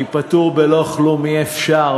כי פטור בלא כלום אי-אפשר.